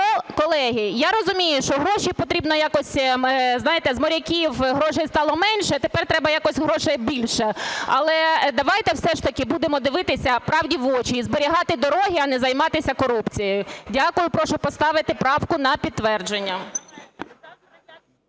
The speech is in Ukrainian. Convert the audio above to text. колеги, я розумію, що гроші потрібно якось… Знаєте, з моряків грошей стало менше, тепер треба якось грошей більше. Але давайте все ж таки будемо дивитися правді в очі і зберігати дороги, а не займатися корупцією. Дякую. Прошу поставити правку на підтвердження.